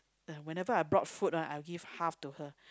uh whenever I brought food ah I give half to her